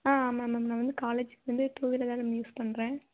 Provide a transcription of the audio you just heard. ஆ ஆமாம் மேம் நான் வந்து காலேஜுக்கு வந்து டூ வீலர் தான் மேம் யூஸ் பண்ணுறேன்